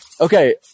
Okay